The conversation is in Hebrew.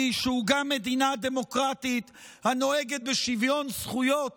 שהוא גם מדינה דמוקרטית הנוהגת בשוויון זכויות